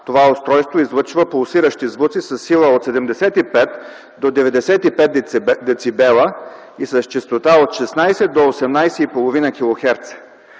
Това устройство излъчва пулсиращи звуци със сила от 75 до 95 децибела и с честота от 16 до 18,5